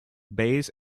bays